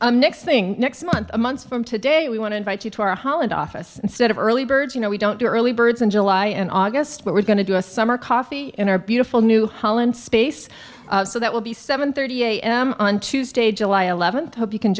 zealand next thing next month a month from today we want to invite you to our holiday office instead of early birds you know we don't do early birds in july and august we're going to do a summer coffee in our beautiful new holland space so that will be seven thirty a m on tuesday july eleventh hope you can